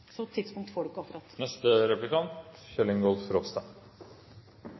så noe tidspunkt får du